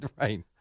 Right